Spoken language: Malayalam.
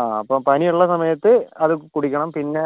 അ അപ്പോൾ പനിയുള്ള സമയത്ത് അത് കുടിക്കണം പിന്നെ